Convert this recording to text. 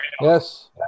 Yes